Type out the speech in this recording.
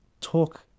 talk